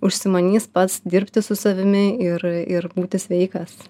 užsimanys pats dirbti su savimi ir ir būti sveikas